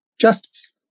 justice